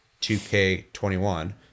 2K21